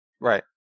Right